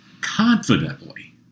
confidently